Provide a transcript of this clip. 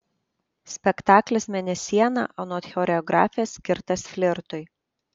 spektaklis mėnesiena anot choreografės skirtas flirtui